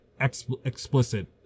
explicit